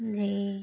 جی